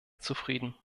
zufrieden